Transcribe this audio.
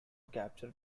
capture